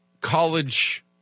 college